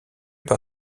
par